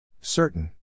Certain